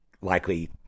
likely